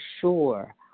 sure